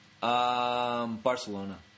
Barcelona